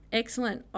excellent